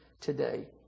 today